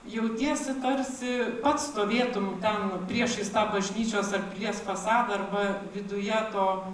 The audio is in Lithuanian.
jautiesi tarsi stovėtum ten priešais tą bažnyčios ar pilies fasadą arba viduje to